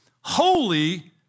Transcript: Holy